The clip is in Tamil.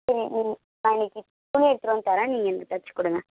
சரி ம் நான் இன்னைக்கு துணி எடுத்துட்டு வந்து தர்றேன் நீங்கள் எனக்கு தைச்சிக் கொடுங்கள்